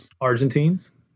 argentines